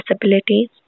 disabilities